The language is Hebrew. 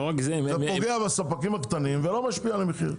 אתה פוגע בספקים הקטנים ולא משפיע על המחיר.